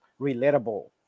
relatable